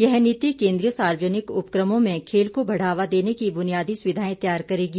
यह नीति केन्द्रीय सार्वजनिक उपक्रमों में खेल को बढ़ावा देने की बुनियादी सुविधाएं तैयार करेगी